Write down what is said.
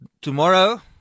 Tomorrow